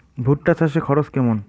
ভুট্টা চাষে খরচ কেমন?